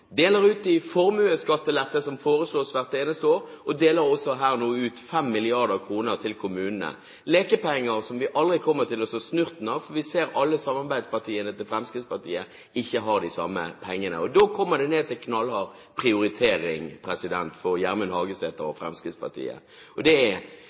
deler ut i alle retninger. De deler ut til formuesskattelette, som foreslås hvert eneste år, og deler nå ut 5 mrd. kr til kommunene. Det er lekepenger som vi aldri kommer til å se snurten av, for vi ser at samarbeidspartiene til Fremskrittspartiet ikke har de samme pengene. Da blir det knallhard prioritering for Gjermund Hagesæter og